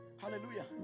Hallelujah